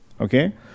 Okay